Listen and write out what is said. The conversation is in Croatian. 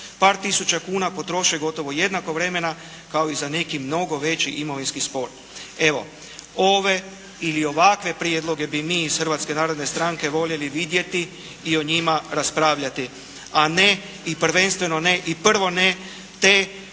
par tisuća kuna potroše gotovo jednako vremena kao i za neki mnogo veći imovinski spor. Evo ove ili ovakve prijedloge bi mi iz Hrvatske narodne stranke voljeli vidjeti i o njima raspravljati, a ne i prvenstveno ne i prvo ne te kojima